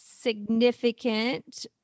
significant